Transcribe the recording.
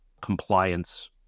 compliance